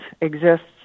exists